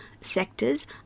sectors